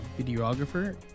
videographer